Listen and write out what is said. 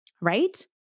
right